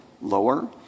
lower